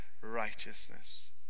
righteousness